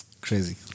Crazy